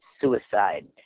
suicide